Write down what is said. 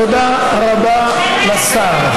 תודה רבה לשר.